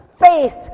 face